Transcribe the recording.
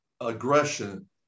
aggression